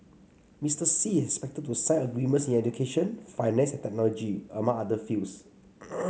Mister Xi is expected to sign agreements in education finance and technology among other fields